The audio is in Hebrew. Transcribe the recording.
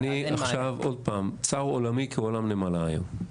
עוד פעם, צר עולמי כעולם נמלה היום.